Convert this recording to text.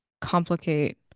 complicate